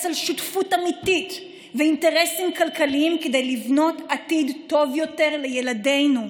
על שותפות אמיתית ואינטרסים כלכליים כדי לבנות עתיד טוב יותר לילדינו,